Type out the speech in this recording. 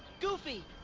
Goofy